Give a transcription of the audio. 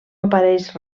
apareix